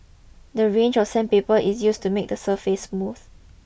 the range of sandpaper is used to make the surface smooth